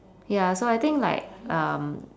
ya so I think like um